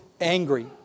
angry